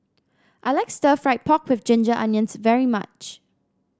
I like Stir Fried Pork with Ginger Onions very much